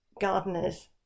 gardeners